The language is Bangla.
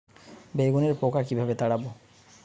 বেগুনের পোকা কিভাবে তাড়াব?